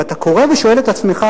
ואתה קורא ושואל את עצמך: